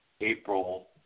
April